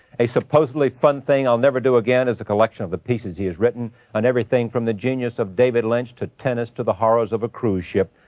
a supposedly fun thing i'll never do again is a collection of the pieces he has written on everything from the genius of david lynch to tennis to the horrors of a cruise ship.